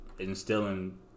instilling